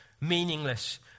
meaningless